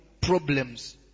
Problems